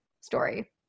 story